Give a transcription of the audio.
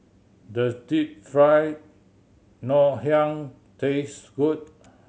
does Deep Fried Ngoh Hiang taste good